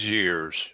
years